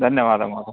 धन्यवादः महोदय